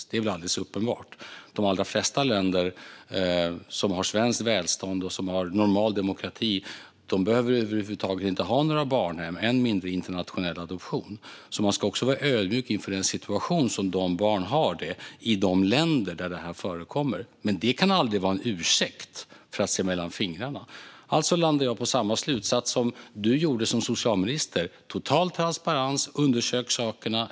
De allra flesta länder som har svenskt välstånd och normal demokrati behöver inte ha några barnhem över huvud taget, än mindre internationell adoption. Man ska alltså vara ödmjuk inför den situation som barnen har i de länder där det här förekommer, men det kan aldrig vara en ursäkt för att se mellan fingrarna. Alltså landar jag i samma slutsats som Lena Hallengren gjorde som socialminister. Man ska ha total transparens, och man ska undersöka sakerna.